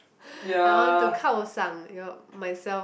I want to 靠赏 your myself